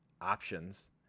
options